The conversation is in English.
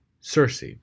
Circe